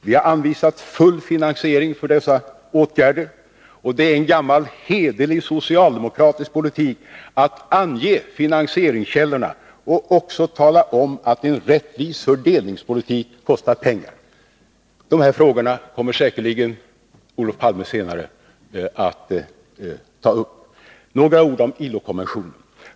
Vi har anvisat full finansiering för dessa åtgärder. Det är en gammal hederlig socialdemokratisk politik att ange finansieringskällorna och också tala om att en rättvis fördelningspolitik kostar pengar. Dessa frågor kommer säkerligen Olof Palme att ta upp senare. Några ord om ILO-konventionen.